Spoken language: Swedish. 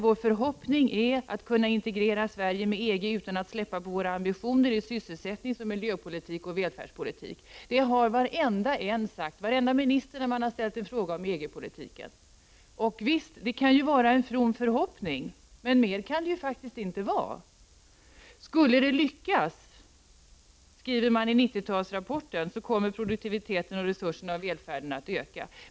Vår förhoppning är att kunna integrera Sverige med EG utan att släppa på våra ambitioner inom sysselsättningspolitiken, miljöpolitiken och välfärdspolitiken. Detta har varenda minister sagt när en fråga ställts om EG-politiken. Visst kan det vara en from förhopp ning, men mer kan det faktiskt inte vara. Skulle det lyckas, skriver man i 90 talsrapporten, kommer produktiviteten, resurserna och välfärden att öka.